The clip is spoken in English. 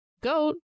Goat